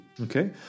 Okay